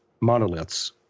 monoliths